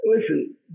listen